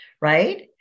right